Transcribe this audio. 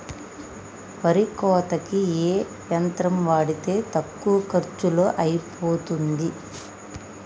వరి కోతకి ఏ యంత్రం వాడితే తక్కువ ఖర్చులో అయిపోతుంది?